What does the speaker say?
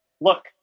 look